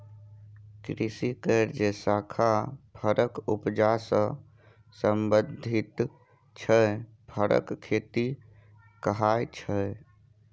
कृषि केर जे शाखा फरक उपजा सँ संबंधित छै फरक खेती कहाइ छै